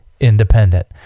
Independent